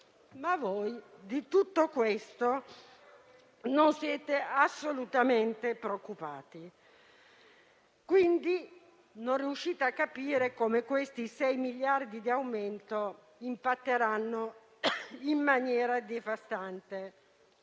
Di tutto questo, però, non siete assolutamente preoccupati. Quindi, non riuscite a capire come questi miliardi di euro di aumento impatteranno in maniera devastante.